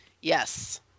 Yes